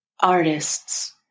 Artists